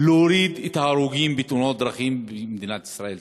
להוריד את מספר ההרוגים בתאונות דרכים במדינת ישראל.